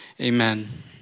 amen